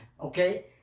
okay